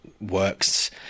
works